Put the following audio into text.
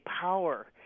Power